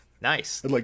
Nice